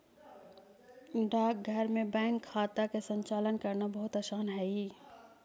डाकघर में बैंक खाता के संचालन करना बहुत आसान हइ